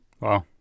Wow